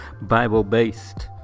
Bible-based